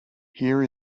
here